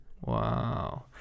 Wow